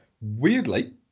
weirdly